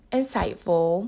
insightful